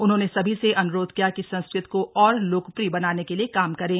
उन्होंने सभी से अन्रोध किया कि संस्कृत को और लोकप्रिय बनाने के लिए काम करें